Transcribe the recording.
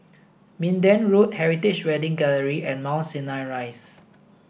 Minden Road Heritage Wedding Gallery and Mount Sinai Rise